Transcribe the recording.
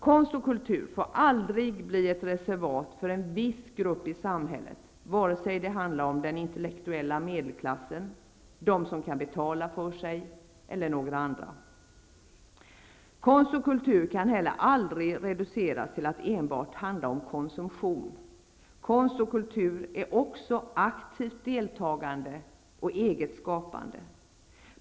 Konst och kultur får aldrig bli ett reservat för en viss grupp i samhället, vare sig det handlar om den intellektuella medelklassen, de som kan betala för sig eller om några andra. Konst och kultur kan heller aldrig reduceras till att enbart handla om konsumtion. Konst och kultur är också aktivt deltagande och eget skapande.